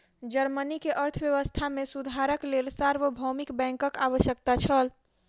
Germany के अर्थव्यवस्था मे सुधारक लेल सार्वभौमिक बैंकक आवश्यकता छल